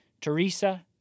Teresa